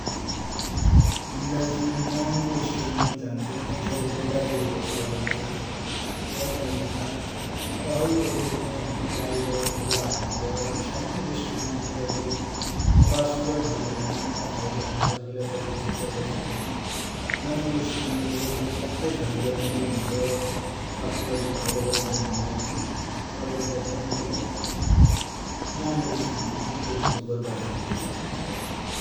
मुइलाइ चाइ महङो रेस्टूरेन्ट माइ झान पैसा को बर्बादि हो जसो लागन्छ। क्या कि भनेपछा तसै बजेटमाइ बाहिर ठेलाहरु तिर सामन्य रेस्टूरेन्ट मा गया ले सफा सुग्घर ठाउ छ भने ता खाइबटी हमरा सरिर लाइ चाइने कुरा पुरा गर्सक्द्औ । महङो रेस्टुरेन्ट म गैबटी मात्रै खानेकुरा निको हुन्छ स्वाथ लाइ फाइदा गरन्छ भन्ने नाइ हुन । तैले गर्दा चाइ मुइलाइ महङो रेस्टूरैन्ट भनेको पैसाको बर्बादि हो जसो लागन्छ ।